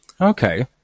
Okay